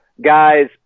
guys